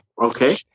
okay